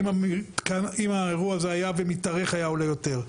ואם האירוע הזה היה מתארך היה עולה יותר.